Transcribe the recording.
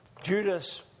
Judas